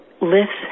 lifts